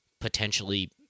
potentially